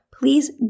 Please